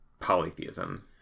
polytheism